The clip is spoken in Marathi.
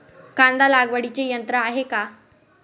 कांदा लागवडीचे यंत्र आहे का?